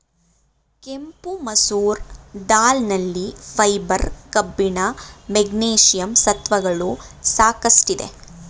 ಕೆಂಪು ಮಸೂರ್ ದಾಲ್ ನಲ್ಲಿ ಫೈಬರ್, ಕಬ್ಬಿಣ, ಮೆಗ್ನೀಷಿಯಂ ಸತ್ವಗಳು ಸಾಕಷ್ಟಿದೆ